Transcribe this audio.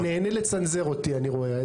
אדוני, אתה נהנה לצנזר אותי, אני רואה.